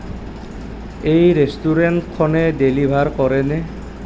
এই ৰেষ্টুৰেণ্টখনে ডেলিভাৰ কৰেনে